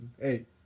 hey